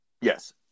Yes